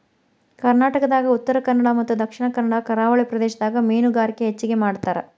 ಕರ್ನಾಟಕದಾಗ ಉತ್ತರಕನ್ನಡ ಮತ್ತ ದಕ್ಷಿಣ ಕನ್ನಡ ಕರಾವಳಿ ಪ್ರದೇಶದಾಗ ಮೇನುಗಾರಿಕೆ ಹೆಚಗಿ ಮಾಡ್ತಾರ